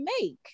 make